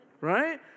Right